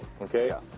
Okay